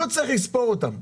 לא צריך לספור אותם,